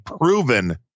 proven